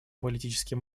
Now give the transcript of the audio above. политическим